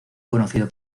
conocido